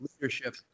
leadership